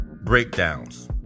breakdowns